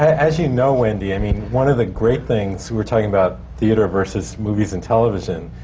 as you know, wendy, i mean, one of the great things, we were talking about theatre versus movies and television,